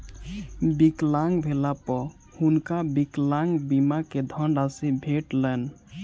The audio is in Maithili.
विकलांग भेला पर हुनका विकलांग बीमा के धनराशि भेटलैन